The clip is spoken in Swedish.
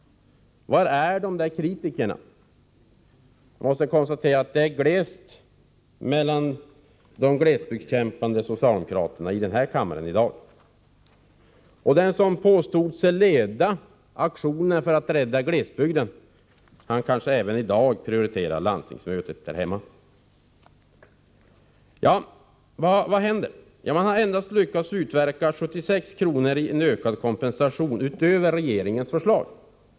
Var är kritikerna nu? Jag tvingas konstatera att det i dag är glest mellan glesbygdskämpande socialdemokrater i denna kammare. Den som påstod sig leda aktionen för att rädda glesbygden kanske även i dag prioriterar landstingsmötet där hemma. Vad händer nu? Jo, man har endast lyckats utverka 76 kr. i ökad kompensation utöver regeringens förslag.